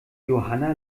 johanna